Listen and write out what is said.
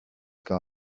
gone